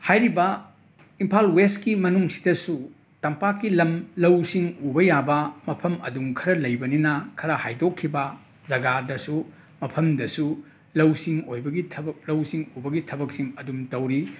ꯍꯥꯏꯔꯤꯕ ꯏꯝꯐꯥꯜ ꯋꯦꯁꯀꯤ ꯃꯅꯨꯡꯁꯤꯗꯁꯨ ꯇꯝꯄꯥꯛꯀꯤ ꯂꯝ ꯂꯧ ꯁꯤꯡ ꯎꯕ ꯌꯥꯕ ꯃꯐꯝ ꯑꯗꯨꯝ ꯈꯔ ꯂꯩꯕꯅꯤꯅ ꯈꯔ ꯍꯥꯏꯗꯣꯛꯈꯤꯕ ꯖꯒꯥꯗꯁꯨ ꯃꯐꯝꯗꯁꯨ ꯂꯧ ꯁꯤꯡ ꯑꯣꯏꯕꯒꯤ ꯊꯕꯛ ꯂꯧ ꯁꯤꯡ ꯎꯕꯒꯤ ꯊꯕꯛꯁꯨ ꯑꯗꯨꯝ ꯇꯧꯔꯤ